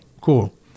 cool